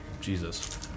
Jesus